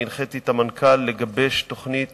אני הנחיתי את המנכ"ל לגבש תוכנית